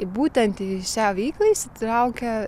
būtent į šią veiklą įsitraukia